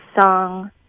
song